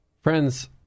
Friends